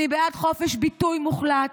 אני בעד חופש ביטוי מוחלט.